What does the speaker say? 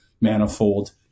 manifold